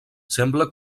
sembla